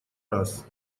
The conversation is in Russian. раз